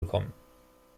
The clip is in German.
bekommen